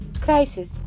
Crisis